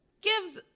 gives